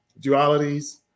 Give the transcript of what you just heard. dualities